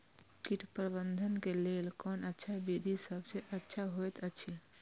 कीट प्रबंधन के लेल कोन अच्छा विधि सबसँ अच्छा होयत अछि?